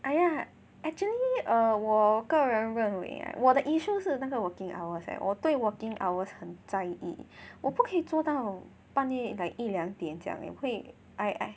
!aiya! actually err 我个人认为我的 issue 是那个 working hours eh 我对 working hours 很在意我不可以做到半夜 like 一两点这样 eh 会 I I